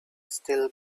still